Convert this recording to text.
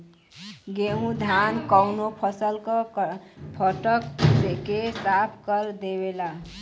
गेहू धान कउनो फसल क फटक के साफ कर देवेला